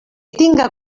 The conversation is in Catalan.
tinga